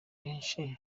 benshi